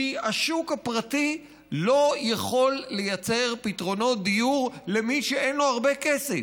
כי השוק הפרטי לא יכול לייצר פתרונות דיור למי שאין לו הרבה כסף.